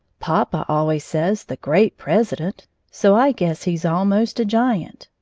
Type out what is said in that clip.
papa always says the great president so i guess he's almost a giant.